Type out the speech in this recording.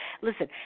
Listen